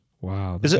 Wow